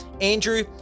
Andrew